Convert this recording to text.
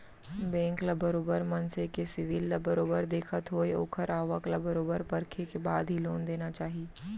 bank ल बरोबर मनसे के सिविल ल बरोबर देखत होय ओखर आवक ल बरोबर परखे के बाद ही लोन देना चाही